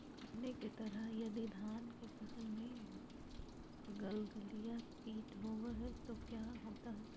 हमनी के तरह यदि धान के फसल में गलगलिया किट होबत है तो क्या होता ह?